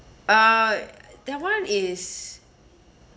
uh that one is